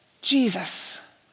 Jesus